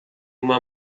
uma